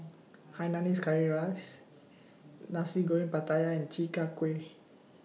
Hainanese Curry Rice Nasi Goreng Pattaya and Chi Kak Kuih